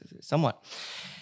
somewhat